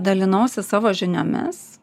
dalinausi savo žiniomis